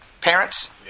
parents